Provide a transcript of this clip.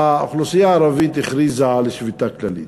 כשהאוכלוסייה הערבית הכריזה על שביתה כללית,